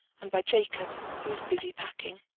and by jacob, who is busy packing.